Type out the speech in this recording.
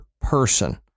person